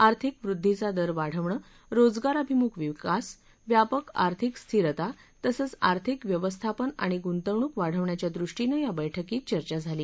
आर्थिक वृद्धिचा दर वाढवणे रोजगाराभिमुख विकास व्यापक आर्थिक स्थिरता तसंच आर्थिक व्यवस्थापन आणि गुंतवणूक वाढविण्यासाच्या दृष्टीनं या बैठकीत चर्चा झाली